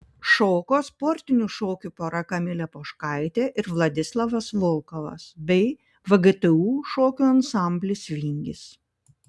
šoko sportinių šokių pora kamilė poškaitė ir vladislavas volkovas bei vgtu šokių ansamblis vingis